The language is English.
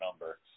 number